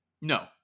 No